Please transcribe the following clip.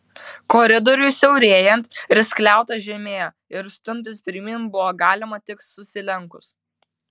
koridoriui siaurėjant ir skliautas žemėjo ir stumtis pirmyn buvo galima tik susilenkus